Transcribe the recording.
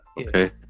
okay